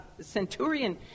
centurion